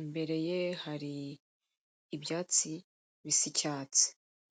imbere ye hari ibyatsi bisa icyatsi.